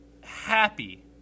happy